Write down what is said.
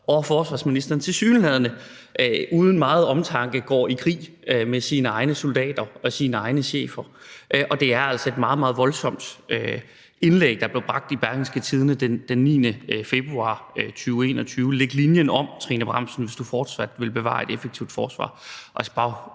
at forsvarsministeren tilsyneladende uden megen omtanke går i krig med sine egne soldater og sine egne chefer. Det er altså et meget, meget voldsomt indlæg, der blev bragt i Berlingske tidende den 9. februar 2021: »Læg linjen om, Trine Bramsen, hvis du vil bevare et effektivt forsvar«.